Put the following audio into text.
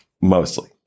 Mostly